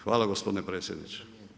Hvala gospodine predsjedniče.